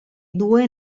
due